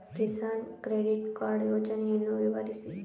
Kisan credit card ಯೋಜನೆಯನ್ನು ವಿವರಿಸಿ?